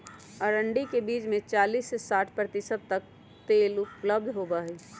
अरंडी के बीज में चालीस से साठ प्रतिशत तक तेल उपलब्ध होबा हई